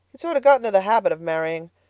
he'd sort of got into the habit of marrying.